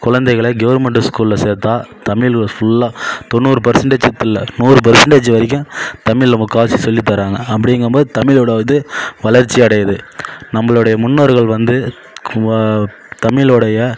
குழந்தைகளை கவுர்மெண்டு ஸ்கூல்ல சேர்த்தா தமிழ்ல ஃபுல்லா தொண்ணூறு பர்சன்டேஜ் இல்லை நூறு பர்சன்டேஜ் வரைக்கும் தமிழ்ல முக்கால்வாசி சொல்லித்தராங்க அப்படிங்கம்போது தமிழோட இது வளர்ச்சி அடையுது நம்புளோடைய முன்னோர்கள் வந்து வா தமிழோடைய